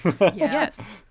Yes